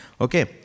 Okay